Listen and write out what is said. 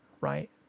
right